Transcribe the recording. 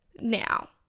now